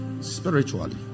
spiritually